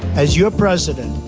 as your president,